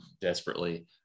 desperately